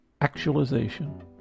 actualization